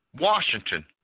Washington